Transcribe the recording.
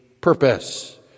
purpose